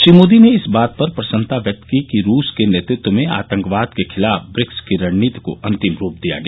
श्री मोदी ने इस बात पर प्रसन्नता व्यक्त की कि रूस के नेतृत्व में आतंकवाद के खिलाफ ब्रिक्स की रणनीति को अंतिम रूप दिया गया